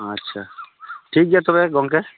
ᱟᱪᱷᱟ ᱴᱷᱤᱠ ᱜᱮᱭᱟ ᱛᱚᱵᱮ ᱜᱚᱢᱠᱮ